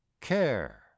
Care